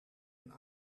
een